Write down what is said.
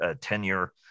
tenure